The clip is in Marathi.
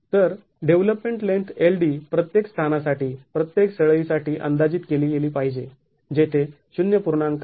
तर डेव्हलपमेंट लेन्थ Ld प्रत्येक स्थानासाठी प्रत्येक सळई साठी अंदाजीत केली पाहिजे जेथे ते ०